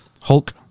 Hulk